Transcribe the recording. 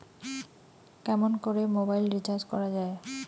কেমন করে mobile recharge করা য়ায়?